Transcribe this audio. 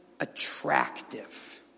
attractive